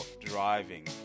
driving